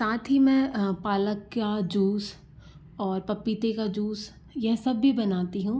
साथ ही मैं पालक का जूस और पपीते का जूस यह सब भी बनती हूँ